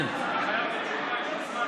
אתה חייב לי תשובה.